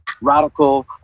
radical